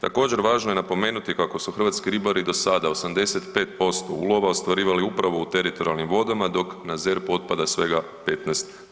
Također važno je napomenuti kako su hrvatski ribari do sada 85% ulova ostvarivali upravo u teritorijalnim vodama dok na ZERP otpada svega 15%